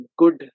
good